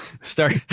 Start